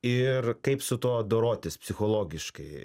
ir kaip su tuo dorotis psichologiškai